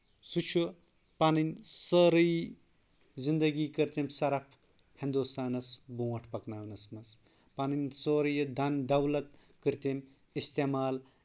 سُہ چھُ پنٕنۍ سٲرٕے زندگی کٔر تٔمۍ سرف ہندوستانس برونٛٹھ پکناونس منٛز پنٕنۍ سورُے یہِ دن دولت کٔر تٔمۍ اِستعمال